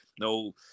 no